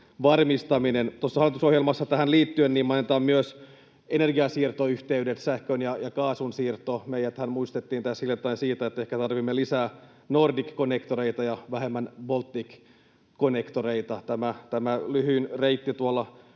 kiinteä yhteys. Hallitusohjelmassa tähän liittyen mainitaan myös energiansiirtoyhteydet, sähkön ja kaasun siirto. Meidäthän muistettiin siitä, että ehkä tarvitsemme lisää nordicconnectoreita ja vähemmän balticconnectoreita. Tämä on lyhyin reitti tuolla